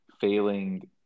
failing